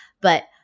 but-